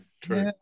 true